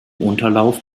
unterlauf